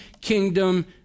kingdom